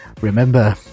Remember